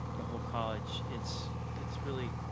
the whole college, it's it's really,